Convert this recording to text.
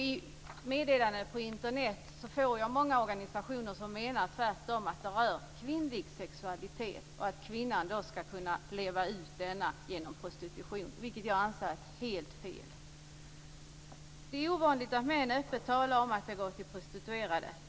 I meddelanden på Internet får jag se att många organisationer tvärtom menar att det rör kvinnlig sexualitet och att kvinnan skall kunna leva ut denna genom prostitution, vilket jag anser vara helt fel. Det är ovanligt att män öppet talar om att de går till prostituerade.